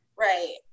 Right